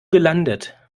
gelandet